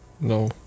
no